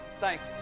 thanks